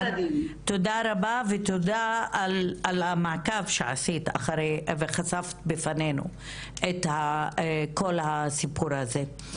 ותודה על המעקב שעשית ושחשפת בפנינו את כל הסיפור הזה.